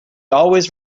always